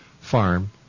farm